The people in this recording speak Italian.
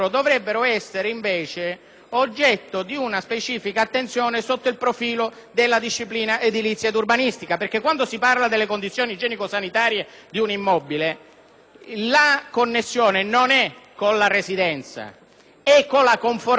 della disciplina edilizia ed urbanistica. Infatti, quando si parla delle condizioni igienico-sanitarie di un immobile, il collegamento non è con la residenza ma con la conformità di quel determinato immobile alle regole urbanistiche ed edilizie